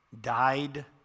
died